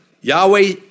Yahweh